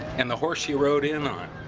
and the horse you rode in on.